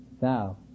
Thou